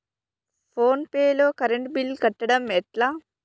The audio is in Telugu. ఫోన్ పే లో కరెంట్ బిల్ కట్టడం ఎట్లా?